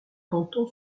canton